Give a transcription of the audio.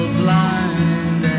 blind